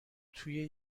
توی